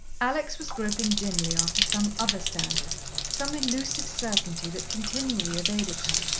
alex was groping dimly after some other standard some elusive certainty, that continually evaded her.